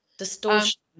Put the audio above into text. Distortion